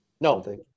No